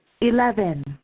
Eleven